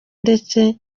ndetse